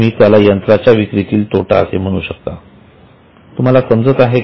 तुम्ही त्याला यंत्राच्या विक्री तील तोटा असे म्हणू शकता तुम्हाला समजत आहे का